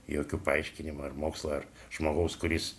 jokių paaiškinimų ar mokslo ar žmogaus kuris